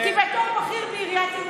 כי בתור בכיר בעיריית ירושלים,